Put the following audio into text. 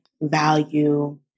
value